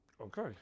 Okay